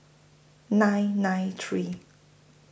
nine nine three